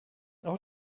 auch